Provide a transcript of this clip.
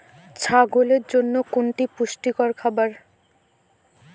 ছাগলের জন্য কোনটি পুষ্টিকর খাবার?